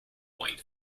point